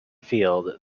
field